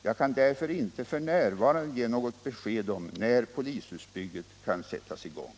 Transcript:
Jag kan därför inte f. n. ge något besked om när polishusbygget kan sättas i gång.